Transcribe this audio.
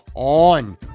on